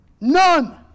None